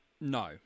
No